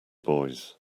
boys